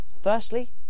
Firstly